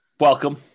welcome